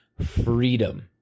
freedom